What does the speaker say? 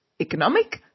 economic